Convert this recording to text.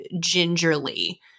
gingerly